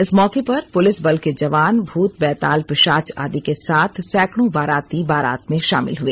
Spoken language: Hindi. इस मौके पर पुलिस बल के जवान भूत बैताल पिशाच आदि के साथ सैकड़ों बाराती बारात में शामिल हुए